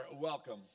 welcome